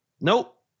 Nope